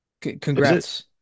Congrats